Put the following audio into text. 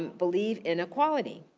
believe in equality.